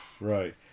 Right